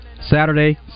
Saturday